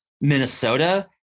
Minnesota